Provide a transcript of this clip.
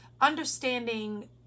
understanding